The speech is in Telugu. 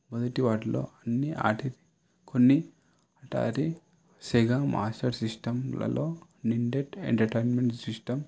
మొదటి వాటిలో అన్నీ ఆటి కొన్ని టారి సెగ మాస్టర్ సిస్టమ్లలో నిండెట్ ఎంటర్టైన్మెంట్ సిస్టమ్